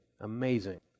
Amazing